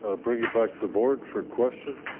ah bring it back to the board for questions.